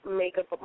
makeup